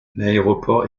l’aéroport